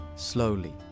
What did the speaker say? Slowly